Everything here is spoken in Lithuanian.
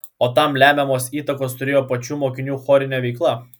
o tam lemiamos įtakos turėjo pačių mokinių chorinė veikla